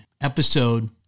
episode